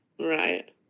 Right